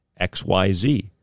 XYZ